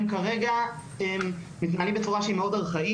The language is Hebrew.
הם כרגע מתנהלים בצורה שהיא מאוד ארכאית.